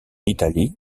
italie